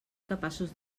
capaços